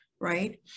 right